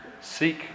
Seek